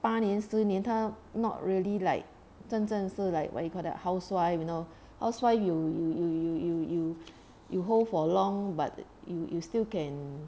八年十年他 not really like 真正是 like what you call that housewife you know housewife you you you you you you you hold for long but you you still can